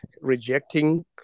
rejecting